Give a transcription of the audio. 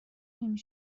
نمی